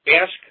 ask